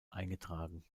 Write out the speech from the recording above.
eingetragen